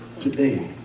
today